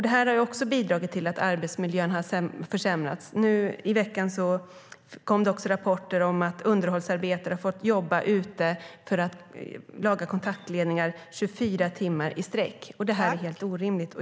Det här har också bidragit till att arbetsmiljön försämrats. Nu i veckan kom det rapporter om att underhållsarbetare fått jobba ute för att laga kontaktledningar 24 timmar i sträck. Det här är helt orimligt.